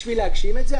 בשביל להגשים את זה,